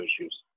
issues